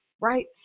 right